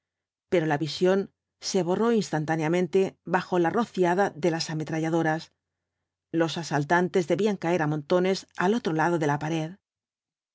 pero la visión se borró instantáneamente bajo la rociada de las ametralladoras los asaltantes debían caer á montones al otro lado de la pared